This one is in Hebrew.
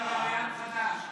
הינה, הגיע וריאנט חדש.